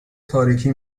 تاریکی